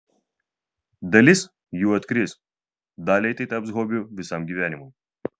dalis jų atkris daliai tai taps hobiu visam gyvenimui